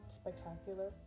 spectacular